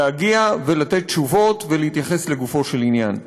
להגיע, לתת תשובות ולהתייחס לגופו של עניין.